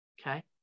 okay